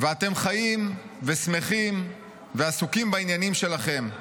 ואתם חיים ושמחים ועסוקים בעניינים שלכם.